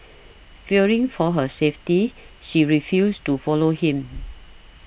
fearing for her safety she refused to follow him